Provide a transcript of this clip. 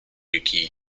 yuki